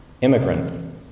immigrant